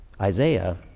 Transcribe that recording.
Isaiah